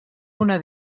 una